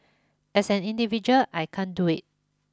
as an individual I can't do it